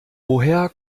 woher